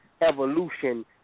evolution